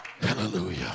hallelujah